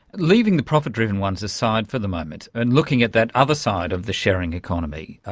leaving the profit-driven ones aside for the moment and looking at that other side of the sharing economy,